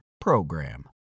PROGRAM